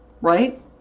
Right